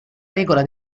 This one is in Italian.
regola